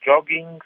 jogging